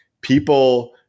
people